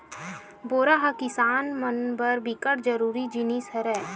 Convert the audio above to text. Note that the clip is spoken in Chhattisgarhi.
बोरा ह किसान मन बर बिकट जरूरी जिनिस हरय